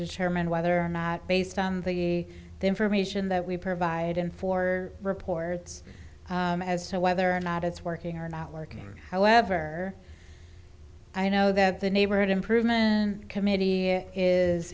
determine whether or not based on the information that we provide and for reports as to whether or not it's working or not working however i know that the neighborhood improvement committee is